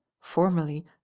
Formerly